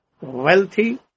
wealthy